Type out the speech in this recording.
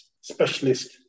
specialist